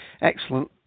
excellent